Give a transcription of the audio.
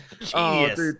genius